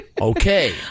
okay